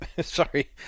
Sorry